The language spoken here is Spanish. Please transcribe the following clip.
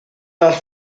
las